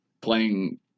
playing